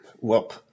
Whoop